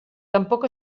tampoc